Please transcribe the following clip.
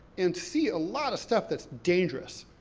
and see a lot of stuff that's dangerous,